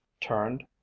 turned